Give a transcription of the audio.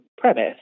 premise